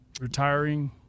retiring